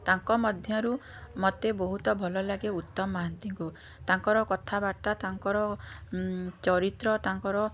ତାଙ୍କ ମଧ୍ୟରୁ ମୋତେ ବହୁତ ଭଲ ଲାଗେ ଉତ୍ତମ ମହାନ୍ତିଙ୍କୁ ତାଙ୍କର କଥାବାର୍ତ୍ତା ତାଙ୍କର ଚରିତ୍ର ତାଙ୍କର